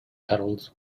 petals